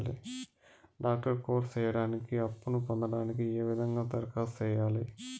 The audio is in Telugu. డాక్టర్ కోర్స్ సేయడానికి అప్పును పొందడానికి ఏ విధంగా దరఖాస్తు సేయాలి?